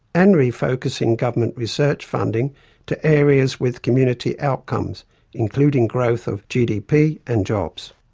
and refocusing government research funding to areas with community outcomes including growth of gdp and jobs.